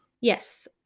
Yes